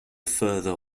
further